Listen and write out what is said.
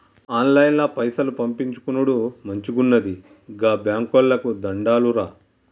ఆన్లైన్ల పైసలు పంపిచ్చుకునుడు మంచిగున్నది, గా బాంకోళ్లకు దండాలురా